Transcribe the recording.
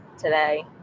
today